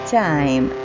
time